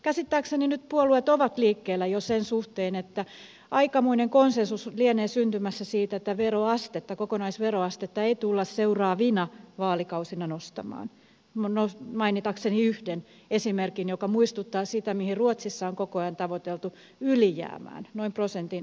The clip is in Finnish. käsittääkseni nyt puolueet ovat liikkeellä jo sen suhteen että aikamoinen konsensus lienee syntymässä siitä että kokonaisveroastetta ei tulla seuraavina vaalikausina nostamaan mainitakseni yhden esimerkin joka muistuttaa siitä mihin ruotsissa on koko ajan tavoiteltu ylijäämään noin prosentin ylijäämään